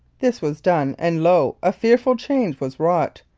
this was done, and lo! a fearful change was wrought.